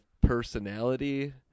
personality